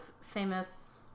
famous